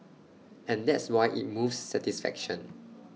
and that's why IT moves satisfaction